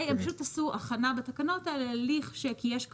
הם פשוט עשו הכנה בתקנות האלה לכש-, כי יש כוונה.